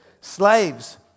Slaves